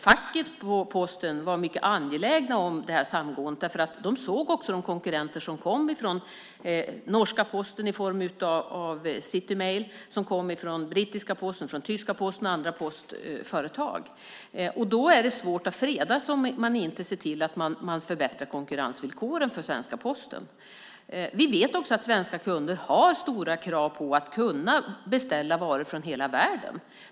Facket på Posten var mycket angeläget om samgåendet därför att man såg de konkurrenter som kom från norska Posten i form av City Mail, brittiska Posten, tyska Posten och andra postföretag. Det är svårt att freda sig om man inte ser till att förbättra konkurrensvillkoren för svenska Posten. Vi vet också att svenska kunder har stora krav på att kunna beställa varor från hela världen.